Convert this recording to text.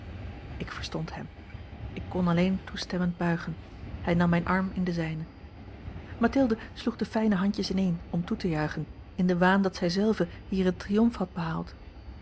ik verstond hem ik kon alleen toestemmend buigen hij nam mijn arm in den zijnen mathilde sloeg de fijne handjes ineen om toe te juichen in den waan dat zij zelve hier een triomf had behaald